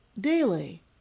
daily